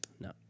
No